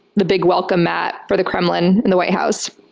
the big welcome mat for the kremlin in the white house.